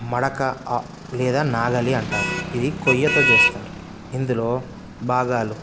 మడక లేదా నాగలి అంటారు ఇది కొయ్యతో చేస్తారు ఇందులో భాగాలు